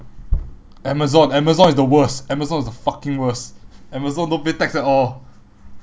amazon amazon is the worst amazon is the fucking worst amazon don't pay tax at all